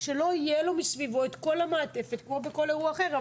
שלא תהיה מסביבו כל המעטפת כמו בכל אירוע אחר.